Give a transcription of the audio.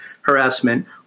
harassment